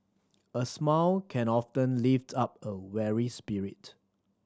a smile can often lift up a weary spirit